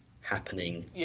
happening